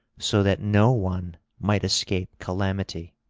so that no one might escape calamity.